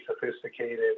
sophisticated